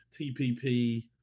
tpp